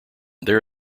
there